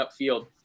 upfield